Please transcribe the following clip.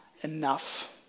enough